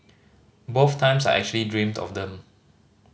both times I actually dreamed of them